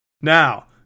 Now